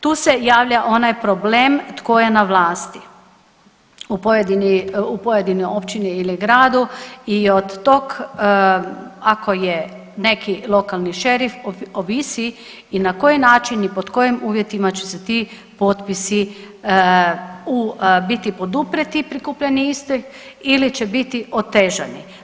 Tu se javlja onaj problem tko je na vlasti u pojedinoj općini ili gradu i od tog ako je neki lokalni šerif ovisi i na koji način i pod kojim uvjetima će se ti potpisi biti poduprijeti i prikupljeni isti ili će biti otežani.